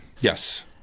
Yes